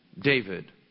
David